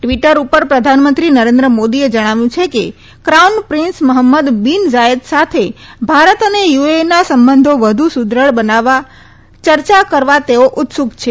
Twitter ઉપર પ્રધાનમંત્રી નરેન્દ્ર મોદીએ જણાવ્યું છે કે crown prince Mohammed bin Zayed સાથે ભારત અને યુએઇના સંબંધો વધુ સુદ્રઢ બનાવવા યર્યા કરવા તેઓ ઉત્સુક છે